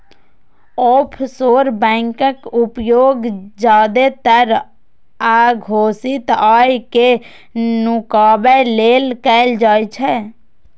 offshore बैंकक उपयोग जादेतर अघोषित आय कें नुकाबै लेल कैल जाइ छै